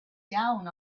down